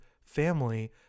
family